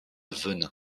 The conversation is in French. venin